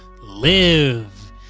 live